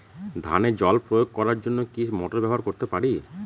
ধানে জল প্রয়োগ করার জন্য কি মোটর ব্যবহার করতে পারি?